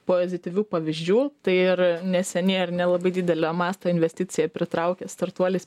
pozityvių pavyzdžių tai ir neseniai ar nelabai didelio masto investiciją pritraukęs startuolis